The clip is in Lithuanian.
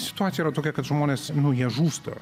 situacija yra tokia kad žmonės nu jie žūsta